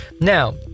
Now